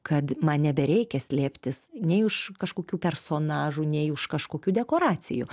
kad man nebereikia slėptis nei už kažkokių personažų nei už kažkokių dekoracijų